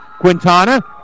Quintana